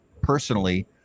personally